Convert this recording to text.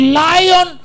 lion